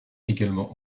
également